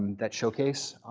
that showcase